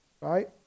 right